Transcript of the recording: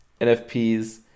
NFPs